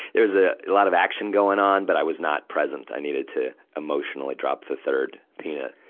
it was a lot of action going on. but i was not present i needed to emotionally drop the third peanut.